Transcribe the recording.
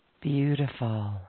Beautiful